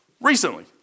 recently